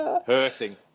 Hurting